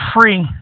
free